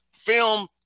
film